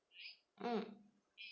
mm